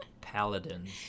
Paladins